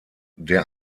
der